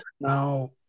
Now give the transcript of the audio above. Now